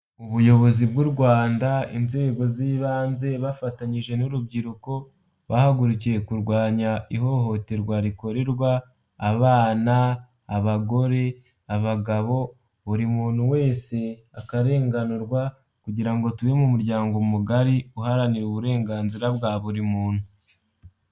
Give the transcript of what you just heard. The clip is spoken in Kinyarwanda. Ubuyobozi bw'u Rwanda, inzego z'ibanze, bafatanyije n'urubyiruko, bahagurukiye kurwanya ihohoterwa rikorerwa abana, abagore, abagabo, buri muntu wese akarenganurwa kugira ngo tube mu muryango mugari, uharanira uburenganzira bwa buri muntu.